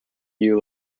you